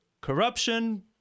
corruption